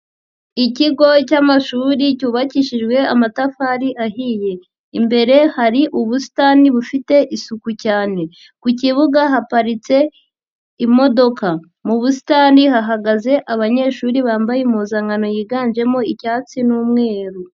Ikigo cy'amashuri cyubakishijwe amatafari ahiye, imbere hari ubusitani bufite isuku cyane, ku kibuga haparitse imodoka, mu busitani hahagaze abanyeshuri bambaye impuzankano yiganjemo icyatsi n'umweru.